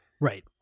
Right